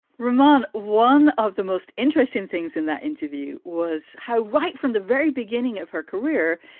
reman, one of the most interesting things in that interview was how right from the very beginning of her career,